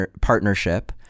partnership